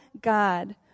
God